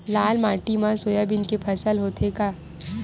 लाल माटी मा सोयाबीन के फसल होथे का?